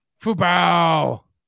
Football